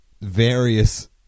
various